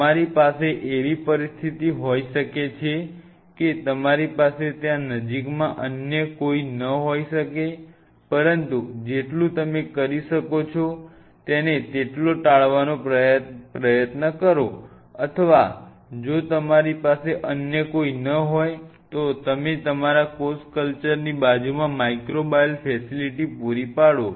તમારી પાસે એવી પરિસ્થિતિ હોઈ શકે કે તમારી પાસે ત્યાં નજીકમાં અન્ય કોઈ ન હોઇ શકે પરંતુ જેટલું તમે કરી શકો છો તેને ટાળવાનો પ્રયાસ કરો અથવા જો તમારી પાસે અન્ય કોઈ ન હોય તો તમે તમારા કોષ કલ્ચર ની બાજુમાં માઇક્રોબાયલ ફેસિલિટી પૂરી પાડો